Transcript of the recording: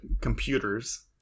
computers